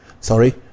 sorry